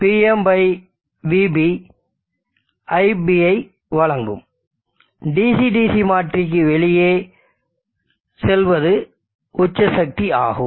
Pm vB i B ஐ வழங்கும் DC DC மாற்றிக்கு வெளியே செல்வது உச்ச சக்தி ஆகும்